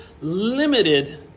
limited